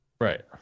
Right